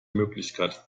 möglichkeit